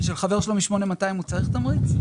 ושל חבר שלו מ-8200 הוא צריך תמריץ?